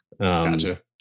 gotcha